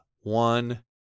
one